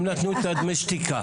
הם נתנו את הדמי שתיקה.